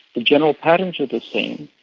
the general patterns are the same.